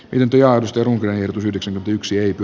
ylempi arvostelun joel yhdeksän yksi ricky